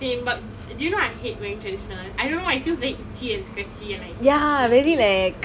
same but do you know I hate wearing traditional I don't know why it feels very itchy and scratchy and I hate it